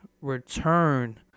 return